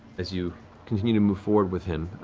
as you continue to move forward with him,